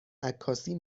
عکاسی